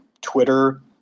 Twitter